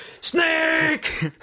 Snake